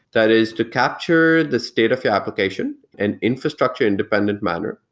that is to capture the state of your application and infrastructure independent manner.